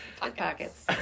pockets